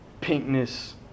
pinkness